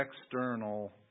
external